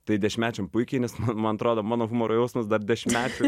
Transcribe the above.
tai dešimtmečiam puikiai nes man atrodo mano humoro jausmas dar dešimtmečių